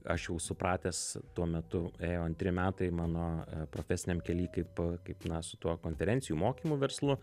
aš jau supratęs tuo metu ėjo antri metai mano profesiniam kely kaip kaip na su tuo konferencijų mokymų verslu